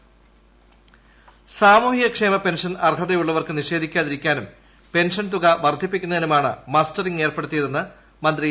C Moideen സാമൂഹികക്ഷേമ pension അർഹതയുള്ളവർക്ക് നിഷേധിക്കാതിരിക്കാനും പെൻഷൻ തുക വർധിപ്പിക്കുന്നതിനുമാണ് മസ്റ്ററിങ് ഏർപ്പെടുത്തിയതെന്ന് മന്ത്രി എ